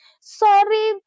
Sorry